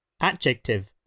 Adjective